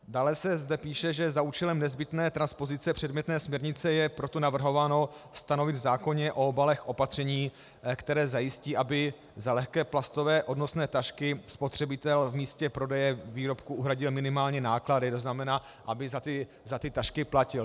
Dále se zde píše, že za účelem nezbytné transpozice předmětné směrnice je proto navrhováno stanovit v zákoně o obalech opatření, které zajistí, aby za lehké plastové odnosné tašky spotřebitel v místě prodeje výrobku uhradil minimálně náklady, to znamená, aby za ty tašky platil.